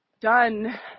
done